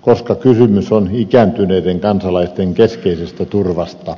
koska kysymys on ikääntyneiden kansalaisten keskeisestä turvasta